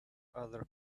other